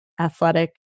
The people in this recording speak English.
athletic